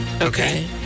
Okay